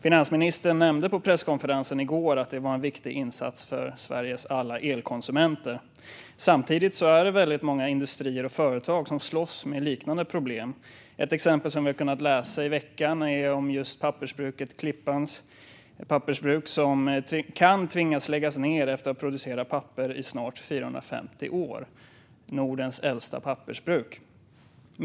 Finansministern nämnde på presskonferensen i går att det var en viktig insats för Sveriges alla elkonsumenter. Samtidigt är det många industrier och företag som slåss med liknande problem. Ett exempel som vi har kunnat läsa om i veckan är pappersbruket Klippans Bruk, som kan tvingas lägga ned efter att ha producerat papper i snart 450 år. Det är Nordens äldsta pappersbruk.